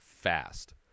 fast